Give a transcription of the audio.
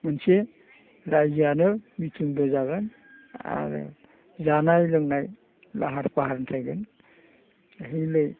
मोनसे रायजोआनो मिथिंबो जागोन आरो जानाय लोंनाय लाहार फाहार थागोन